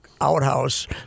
Outhouse